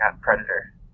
Predator